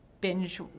binge